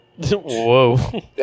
Whoa